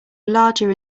larger